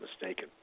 mistaken